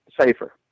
safer